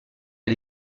est